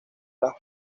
las